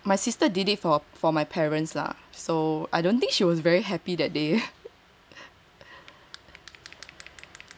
my sister did it for for my parents lah so I don't think she was very happy that day